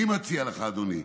אני מציע לך, אדוני,